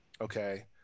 okay